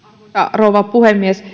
rouva puhemies